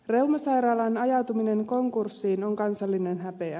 reumasairaalan ajautuminen konkurssiin on kansallinen häpeä